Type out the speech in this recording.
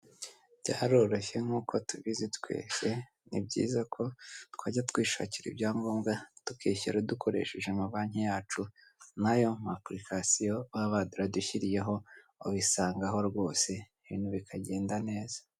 Byaroroshye nkuko tubizi twese ni byiza ko twajya twishakira ibyangombwa tukishyura dukoresheje amabanki yacu n'ayo mapulikasiyo baba baradushyiriyeho ubisangaho rwose ibintu bikagenda neza.